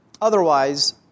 Otherwise